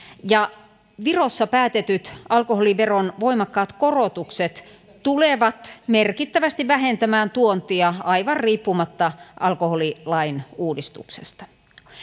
virossa päätetyt alkoholiveron voimakkaat korotukset tulevat merkittävästi vähentämään tuontia aivan riippumatta alkoholilain uudistuksesta